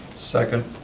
second.